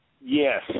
Yes